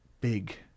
big